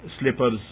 slippers